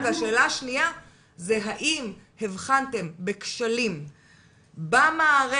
השאלה השנייה זה האם הבחנתם בכשלים במערכת,